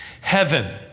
heaven